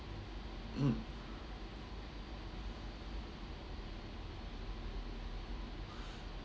mm